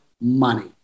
money